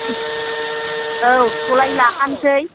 औ सलाइ लाखानसै